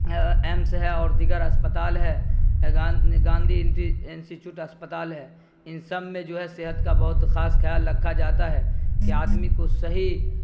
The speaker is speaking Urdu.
ایمس ہے اور دیگر اسپتال ہے گاندھی انسیچوٹ اسپتال ہے ان سب میں جو ہے صحت کا بہت خاص خیال رکھا جاتا ہے کہ آدمی کو صحیح